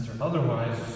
Otherwise